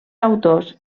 autors